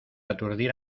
aturdir